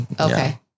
Okay